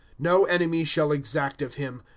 no enemy shall exact of him.